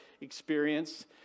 experience